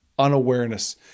Unawareness